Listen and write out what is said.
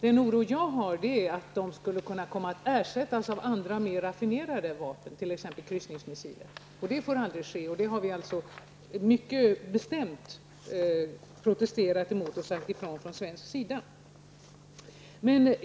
Den oro jag känner kommer sig av att de kan komma att ersättas av andra, mer raffinerade vapen, t.ex. kryssningsmissiler. Det får aldrig ske, och det har vi mycket bestämt protesterat emot och sagt ifrån från svensk sida.